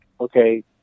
okay